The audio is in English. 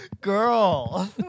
girl